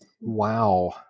Wow